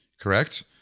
correct